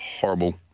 horrible